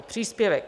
Příspěvek!